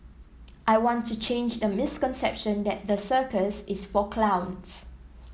I want to change the misconception that the circus is for clowns